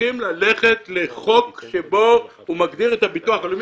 צריכים ללכת לחוק שיגדיר את הביטוח הלאומי.